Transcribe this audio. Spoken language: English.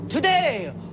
Today